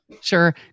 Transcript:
Sure